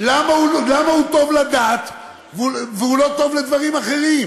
למה הוא טוב לדת והוא לא טוב לדברים אחרים?